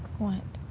what?